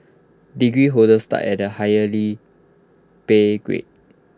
degree holders start at A higher pay grade